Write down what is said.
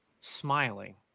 smiling